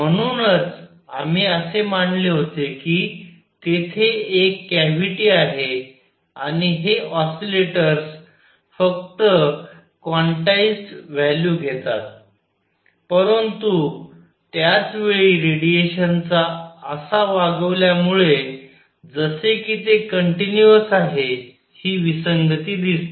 म्हणूनच आम्ही असे मानले होते की तेथे एक कॅव्हिटी आहे आणि हे ऑसिलेटर्स फक्त क्वांटाईझ व्हॅल्यू घेतात परंतु त्याच वेळी रेडिएशनचा असा वागवल्या मुले जसे कि ते कंटिन्यूअस आहे ही विसंगती दिसते